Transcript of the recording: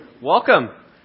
Welcome